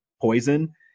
poison